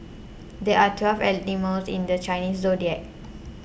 there are twelve animals in the Chinese zodiac